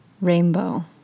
rainbow